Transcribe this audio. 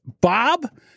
Bob